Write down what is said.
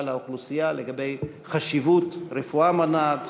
האוכלוסייה לגבי החשיבות של רפואה מונעת,